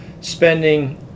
spending